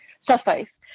suffice